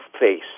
face